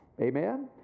Amen